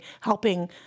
helping